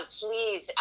please